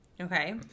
Okay